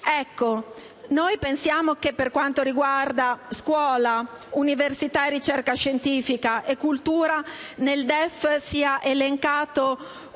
sterili. Pensiamo che, per quanto riguarda scuola, università, ricerca scientifica e cultura, nel DEF sia elencato un libro